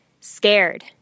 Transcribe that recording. scared